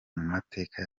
mateka